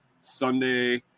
Sunday